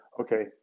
Okay